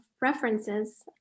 references